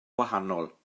wahanol